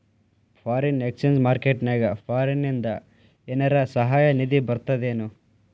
Foreign exchange market ನ್ಯಾಗ ಫಾರಿನಿಂದ ಏನರ ಸಹಾಯ ನಿಧಿ ಬರ್ತದೇನು?